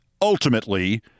ultimately